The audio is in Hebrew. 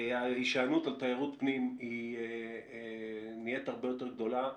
ההישענות על תיירות פנים נהיית הרבה יותר גדולה.